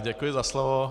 Děkuji za slovo.